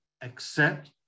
accept